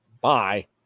Bye